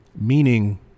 meaning